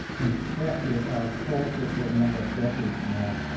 infected our culture for a number of decades now